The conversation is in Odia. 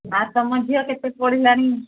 ଆଉ ତୁମ ଝିଅ କେତେ ପଢ଼ିଲାଣି